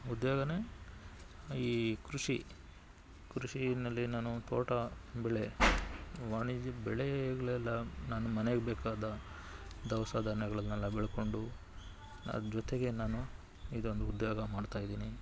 ಉದ್ಯೋಗವೇ ಈ ಕೃಷಿ ಕೃಷಿಯಲ್ಲಿ ನಾನು ತೋಟ ಬೆಳೆ ವಾಣಿಜ್ಯದ ಬೆಳೆಗಳೆಲ್ಲ ನಾನು ಮನೆಗೆ ಬೇಕಾದ ದವಸ ಧಾನ್ಯಗಳನ್ನೆಲ್ಲ ಬೆಳ್ದ್ಕೊಂಡು ಅದು ಜೊತೆಗೆ ನಾನು ಇದೊಂದು ಉದ್ಯೋಗ ಮಾಡ್ತಾಯಿದ್ದೀನಿ